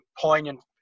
poignant